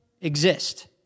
exist